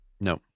No